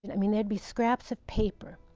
and i mean, there'd be scraps of paper,